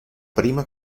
prima